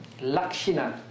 lakshina